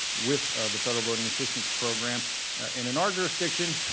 with the federal voting assistance program. and in our jurisdiction,